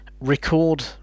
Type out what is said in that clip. record